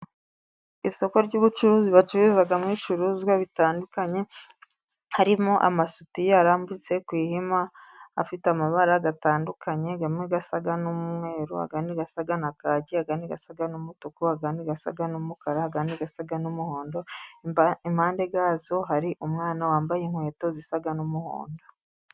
Isoko ry'ubucuruzi bacururizamo ibicuruzwa bitandukanye, harimo amasutiye arambitse ku ihema afite amabara atandukanye. Amwe asa n'umweru, andi asa na kaki, andi asa n'umutuku, andi asa n'umukara, andi asa n'umuhondo. Impande yazo hari umwana wambaye inkweto zisa n'umuhondo.